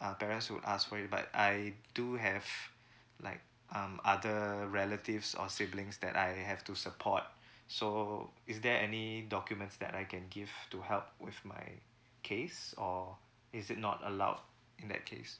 uh parents who ask for it but I do have like um other relatives or siblings that I have to support so is there any documents that I can give to help with my case or is it not allowed in that case